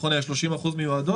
נכון היה 30% מיועדות?